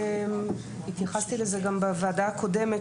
התייחסתי לזה גם בוועדה הקודמת,